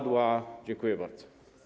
Dziękuję bardzo.